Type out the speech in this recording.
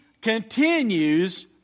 continues